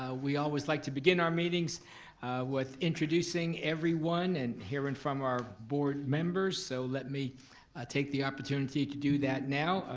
we always like to begin our meetings with introducing everyone and hearing from our board members. so let me take the opportunity to do that now.